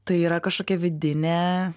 tai yra kažkokia vidinė